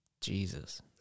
Jesus